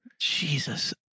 Jesus